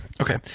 Okay